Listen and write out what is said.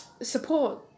support